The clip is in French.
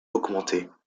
augmentait